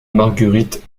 marguerite